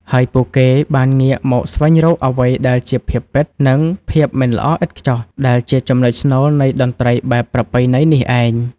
ហើយពួកគេបានងាកមកស្វែងរកអ្វីដែលជាភាពពិត និងភាពមិនល្អឥតខ្ចោះ ដែលជាចំណុចស្នូលនៃតន្ត្រីបែបប្រពៃណីនេះឯង។